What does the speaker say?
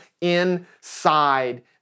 inside